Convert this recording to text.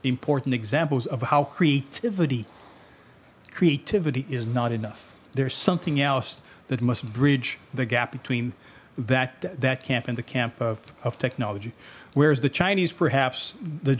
important examples of how creativity creativity is not enough there's something else that must bridge the gap between that that camp in the camp of technology whereas the chinese perhaps the